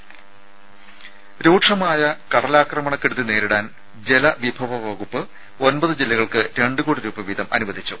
ദേദ രൂക്ഷമായ കടലാക്രമണ കെടുതി നേരിടാൻ ജലവിഭവ വകുപ്പ് ഒമ്പത് ജില്ലകൾക്ക് രണ്ടുകോടി രൂപ വീതം അനുവദിച്ചു